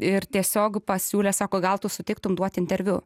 ir tiesiog pasiūlė sako gal tu sutiktum duoti interviu